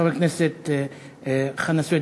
חבר הכנסת חנא סוייד,